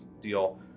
deal